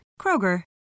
Kroger